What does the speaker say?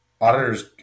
auditors